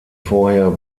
vorher